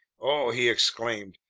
oh! he exclaimed.